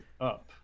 up